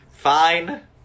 Fine